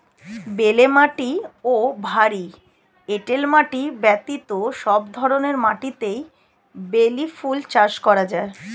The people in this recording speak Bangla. বেলে মাটি ও ভারী এঁটেল মাটি ব্যতীত সব ধরনের মাটিতেই বেলি ফুল চাষ করা যায়